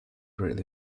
really